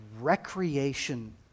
recreation